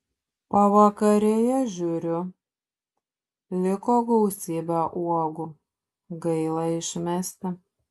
pavakaryje žiūriu liko gausybė uogų gaila išmesti